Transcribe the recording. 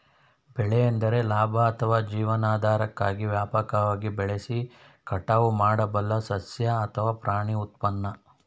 ಬೆಳೆ ಎಂದರೆ ಲಾಭ ಅಥವಾ ಜೀವನಾಧಾರಕ್ಕಾಗಿ ವ್ಯಾಪಕವಾಗಿ ಬೆಳೆಸಿ ಕಟಾವು ಮಾಡಬಲ್ಲ ಸಸ್ಯ ಅಥವಾ ಪ್ರಾಣಿ ಉತ್ಪನ್ನ